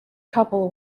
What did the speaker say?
couple